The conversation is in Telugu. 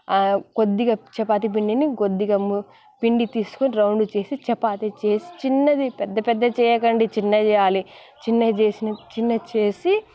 కొద్దిగా చపాతీ పిండిని కొద్దిగా పిండి తీసుకొని రౌండ్ చేసి చపాతి చేసి చిన్నది పెద్ద పెద్దది చేయకండి చిన్నది చేయాలి చిన్నది చేసిన చిన్నది చేసి